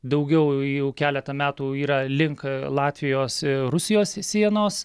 daugiau jau keletą metų yra link latvijos rusijos sienos